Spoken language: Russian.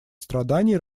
страданий